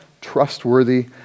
trustworthy